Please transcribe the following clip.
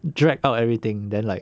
drag out everything then like